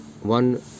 one